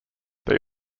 they